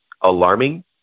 alarming